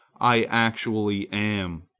i actually am,